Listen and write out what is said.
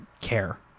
care